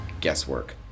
guesswork